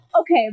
Okay